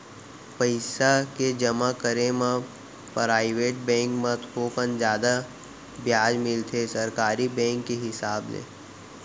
पइसा के जमा करे म पराइवेट बेंक म थोकिन जादा बियाज मिलथे सरकारी बेंक के हिसाब ले